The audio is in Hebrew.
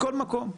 מכל מקום.